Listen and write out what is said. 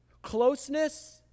closeness